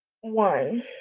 One